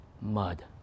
mud